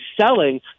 selling